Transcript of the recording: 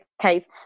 case